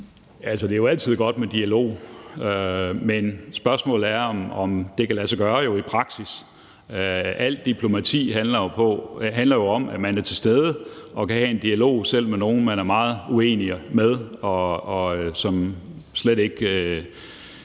det er jo altid godt med dialog. Men spørgsmålet er, om det kan lade sig gøre i praksis. Alt diplomati handler jo om, at man er til stede og kan have en dialog, selv med nogle, man er meget uenig med, og som slet ikke